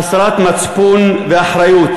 חסרת מצפון ואחריות?